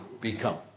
become